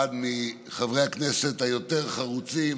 אחד מחברי הכנסת היותר-חרוצים,